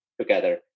together